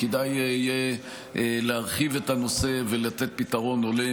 כדאי יהיה להרחיב את הנושא ולתת פתרון הולם